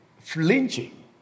flinching